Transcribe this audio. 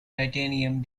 titanium